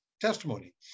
testimony